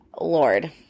Lord